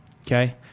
Okay